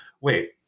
wait